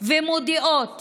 ומודיעות